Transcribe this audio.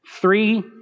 three